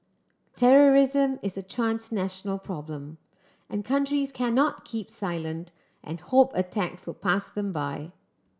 terrorism is a transnational problem and countries cannot keep silent and hope attacks will pass them by